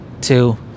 two